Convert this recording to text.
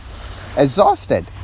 exhausted